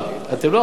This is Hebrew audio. אתם לא יכולים לומר.